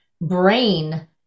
brain